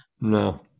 No